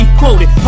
quoted